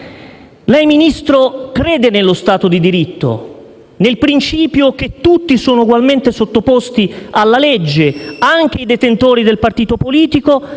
lei, Ministro, crede nello stato di diritto, nel principio che tutti sono ugualmente sottoposti alla legge, anche i detentori del partito politico,